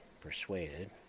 persuaded